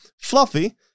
Fluffy